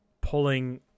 pulling